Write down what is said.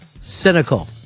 cynical